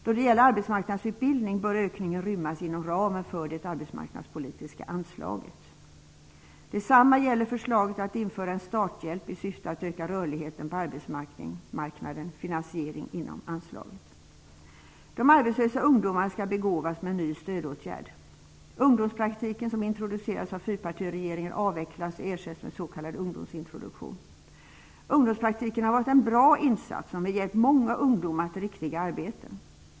Då det gäller arbetsmarknadsutbildning bör ökningen rymmas inom ramen för det arbetsmarknadspolitiska anslaget. Detsamma gäller förslaget att införa en starthjälp i syfte att öka rörligheten på arbetsmarknaden, med finansiering inom nu gällande budget. De arbetslösa ungdomarna skall begåvas med en ny stödåtgärd. Ungdomspraktiken som introducerades av fyrpartiregeringen avvecklas och ersätts med s.k. ungdomsintroduktion. Ungdomspraktiken har varit en bra insats som hjälpt många ungdomar till riktiga arbeten.